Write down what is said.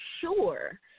sure